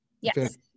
yes